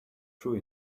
true